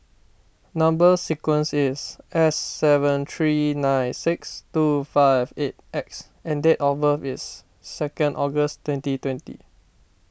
Number Sequence is S seven three nine six two five eight X and date of birth is second August twenty twenty